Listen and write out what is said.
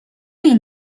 این